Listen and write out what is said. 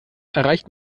erreicht